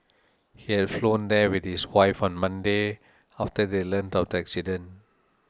he had flown there with his wife on Monday after they learnt of the accident